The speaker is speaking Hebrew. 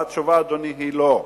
התשובה, אדוני, היא לא.